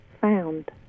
found